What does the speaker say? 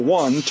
one